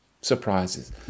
surprises